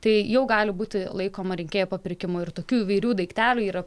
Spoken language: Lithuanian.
tai jau gali būti laikoma rinkėjų papirkimu ir tokių įvairių daiktelių yra